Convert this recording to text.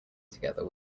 together